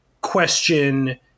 question